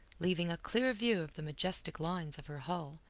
leaving a clear view of the majestic lines of her hull,